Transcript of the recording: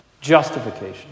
justification